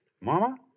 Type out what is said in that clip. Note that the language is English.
Mama